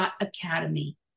Academy